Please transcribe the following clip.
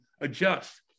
adjust